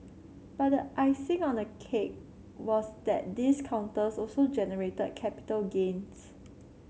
but the icing on the cake was that these counters also generated capital gains